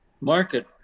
market